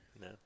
No